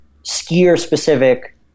skier-specific